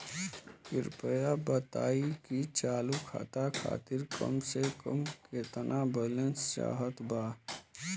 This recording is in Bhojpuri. कृपया बताई कि चालू खाता खातिर कम से कम केतना बैलैंस चाहत बा